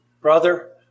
Brother